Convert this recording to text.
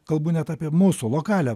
kalbu net apie mūsų lokalią